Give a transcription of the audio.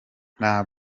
nta